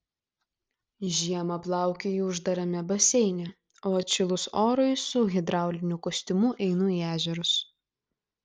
žiemą plaukioju uždarame baseine o atšilus orui su hidrauliniu kostiumu einu į ežerus